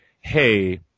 hey